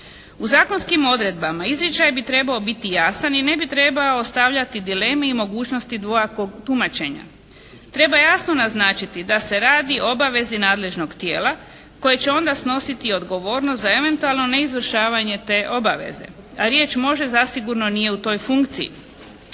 U zakonskim odredbama izričaj bi trebao biti jasan i ne bi trebao ostavljati dileme i mogućnosti dvojakog tumačenja. Treba jasno naznačiti da se radi o obavezi nadležnog tijela koje će onda snositi odgovornost za eventualno neizvršavanje te obaveze, a riječ može zasigurno nije u toj funkciji.